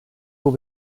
will